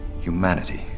Humanity